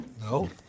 No